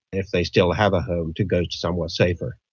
if they still have a home, to go to somewhere safer.